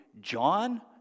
John